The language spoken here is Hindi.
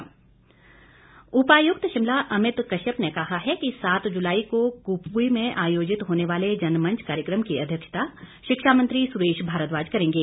डीसी शिमला उपायुक्त शिमला अमित कश्यप ने कहा है कि सात जुलाई को कुपवी में आयोजित होने वाले जनमंच कार्यक्रम की अध्यक्षता शिक्षा मंत्री सुरेश भारद्वाज करेंगे